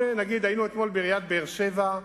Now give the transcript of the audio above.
היינו אתמול בעיריית באר-שבע,